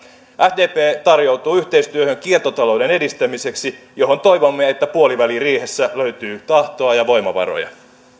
sdp tarjoutuu yhteistyöhön kiertotalouden edistämiseksi johon toivomme puoliväliriihessä löytyvän tahtoa ja voimavaroja